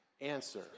answer